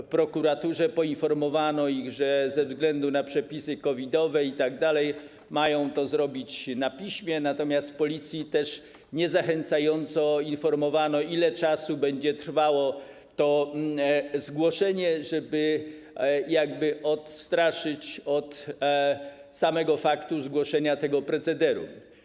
W prokuraturze poinformowano ich, że ze względu na przepisy COVID-owe itd. mają to zrobić na piśmie, natomiast na Policji też niezachęcająco informowano, ile czasu będzie trwało to zgłoszenie, żeby jakby odstraszyć od zgłoszenia tego procederu.